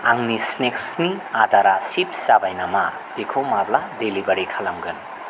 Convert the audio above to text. आंनि स्नेक्सनि अर्डारआ शिप जाबाय नामा बेखौ माब्ला डिलिभारि खालामगोन